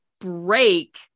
break